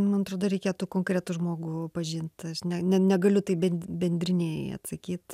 man atrodo reikėtų konkretų žmogų pažint ne ne negaliu taip ben bendriniai atsakyt